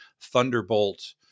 Thunderbolt